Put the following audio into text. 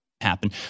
happen